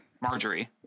marjorie